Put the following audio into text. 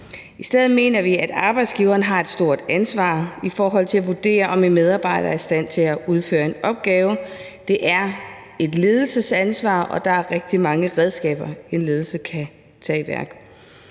I stedet mener vi, at arbejdsgiveren har et stort ansvar i forhold til at vurdere, om en medarbejder er i stand til at udføre en opgave. Det er et ledelsesansvar, og der er rigtig mange redskaber, en ledelse kan tage i brug.